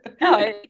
No